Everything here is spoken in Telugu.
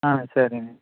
సరే అండీ